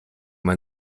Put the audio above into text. man